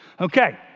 Okay